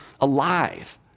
alive